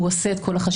הוא עושה את כל החשיבה,